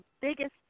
biggest